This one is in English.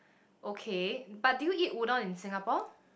okay but do you eat udon in Singapore